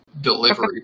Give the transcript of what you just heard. delivery